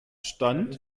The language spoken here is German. stand